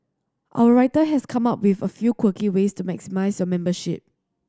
our writer has come up with a few quirky ways to maximise your membership